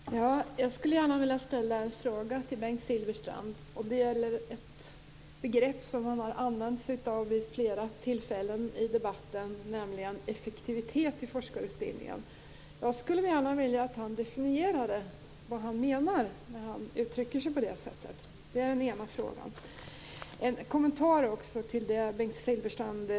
Fru talman! Jag skulle gärna vilja ställa ett par frågor till Bengt Silfverstrand. Det gäller ett begrepp som har använts vid flera tillfällen i debatten, nämligen effektivitet i forskarutbildningen. Jag skulle vilja att Bengt Silfverstrand definierade vad han menar när han uttrycker sig på det sättet. Det är den ena frågan. En kommentar till det Bengt Silfverstrand sade.